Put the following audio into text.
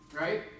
Right